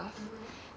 mmhmm